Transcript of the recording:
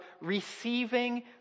receiving